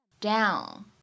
down